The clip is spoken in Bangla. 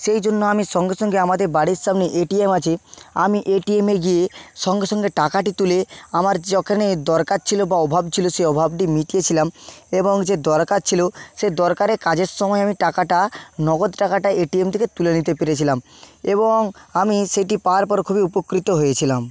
সেই জন্য আমি সঙ্গে সঙ্গে আমাদের বাড়ির সামনে এটিএম আছে আমি এটিএমে গিয়ে সঙ্গে সঙ্গে টাকাটি তুলে আমার যখানে দরকার ছিলো বা অভাব ছিলো সে অভাবটি মিটিয়েছিলাম এবং যে দরকার ছিলো সেই দরকারে কাজের সময় আমি টাকাটা নগদ টাকাটা এটিএম থেকে তুলে নিতে পেরেছিলাম এবং আমি সেটি পাওয়ার পরে খুবই উপকৃত হয়েছিলাম